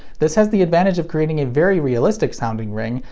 this has the advantage of creating a very realistic sounding ring,